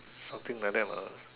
something like that lah